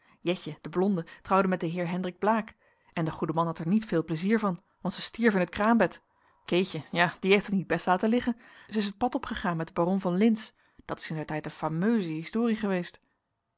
jetje de blonde trouwde met den heer hendrik blaek en de goede man had er niet veel pleizier van want zij stierf in t kraambed keetje ja die heeft het niet best laten liggen zij is het pad opgegaan met den baron van lintz dat is indertijd een fameuze historie geweest